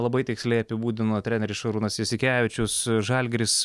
labai tiksliai apibūdino treneris šarūnas jasikevičius žalgiris